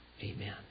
Amen